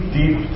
deep